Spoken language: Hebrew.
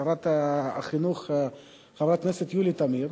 שרת החינוך חברת הכנסת יולי תמיר,